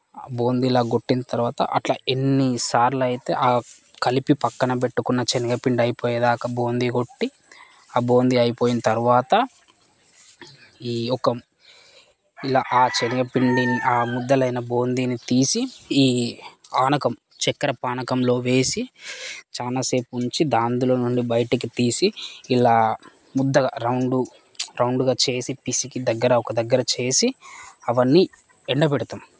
బూందీ ఇలా కొట్టిన తర్వాత అట్లా ఎన్నిసార్లు అయితే ఆ కలిపి పక్కన పెట్టుకున్న శనగపిండి అయిపోయేదాకా బూంది కొట్టి ఆ బూంది అయిపోయిన తర్వాత ఈ ఒక ఇలా ఆ శనగపిండిని ఆ ముద్దలు అయిన బూందీని తీసి ఈ పానకం చక్కర పానకంలో వేసి చాలా సేపు ఉంచి అందులో నుండి బయటికి తీసి ఇలా ముద్దగా రౌండు రౌండ్గా చేసి పిసికి దగ్గర ఒక దగ్గర చేసి అవన్నీ ఎండబెడతాం